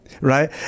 right